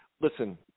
listen